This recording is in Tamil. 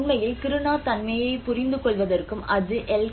உண்மையில் கிருணா தன்மையைப் புரிந்துகொள்வதற்கும் அது எல்